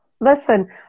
listen